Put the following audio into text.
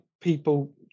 people